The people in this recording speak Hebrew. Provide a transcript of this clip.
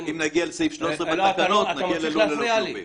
אם נגיע לסעיף 13 בתקנות, נגיע ללול ללא כלובים.